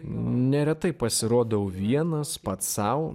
neretai pasirodau vienas pats sau